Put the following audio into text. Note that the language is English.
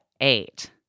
eight